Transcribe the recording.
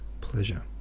Pleasure